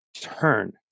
turn